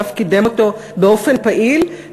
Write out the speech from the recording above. ואף קידם אותו באופן פעיל,